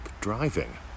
driving